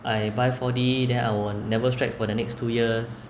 I buy four D then I will never strike for the next two years